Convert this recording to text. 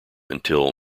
until